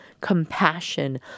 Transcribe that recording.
compassion